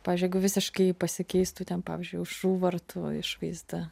pavyzdžiui jeigu visiškai pasikeistų ten pavyzdžiui aušrų vartų išvaizda